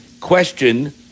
question